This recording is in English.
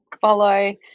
follow